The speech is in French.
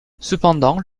cependant